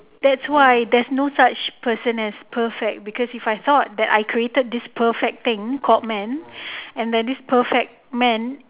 that's why there is no such person as perfect because if I thought that I created this perfect thing called man and than this perfect man